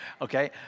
Okay